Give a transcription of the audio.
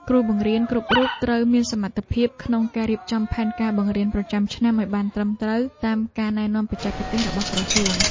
គ្រូបង្រៀនគ្រប់រូបត្រូវមានសមត្ថភាពក្នុងការរៀបចំផែនការបង្រៀនប្រចាំឆ្នាំឱ្យបានត្រឹមត្រូវតាមការណែនាំបច្ចេកទេសរបស់ក្រសួង។